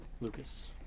Lucas